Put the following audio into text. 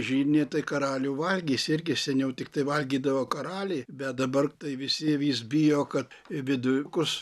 žirniai tai karalių valgis irgi seniau tiktai valgydavo karaliai bet dabar tai visi vis bijo kad viduriukus